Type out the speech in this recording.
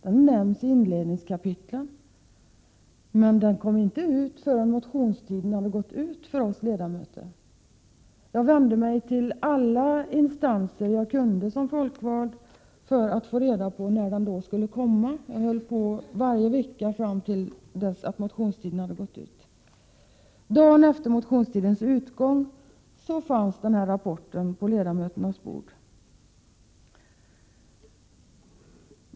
Men rapporten blev inte offentlig förrän motionstiden hade gått ut. Jag vände mig till alla instanser som jag som folkvald har möjlighet att vända mig till för att få reda på när nämnda rapport skulle komma. Jag höll på så vecka efter vecka fram till dess att motionstiden hade gått ut. Dagen efter motionstidens utgång fanns rapporten på ledamöternas bord.